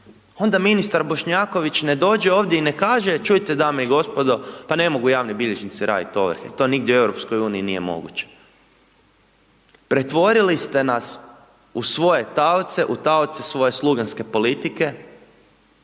Onda ministar Bošnjaković ne dođe ovdje i ne kaže, čujte dame i gospodo pa ne mogu javni bilježnici raditi ovrhe, to nigdje u EU nije moguće. Pretvorili ste nas u svoje taoce, u taoce svoje sluganske politike